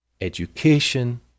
Education